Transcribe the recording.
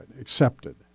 accepted